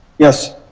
yes?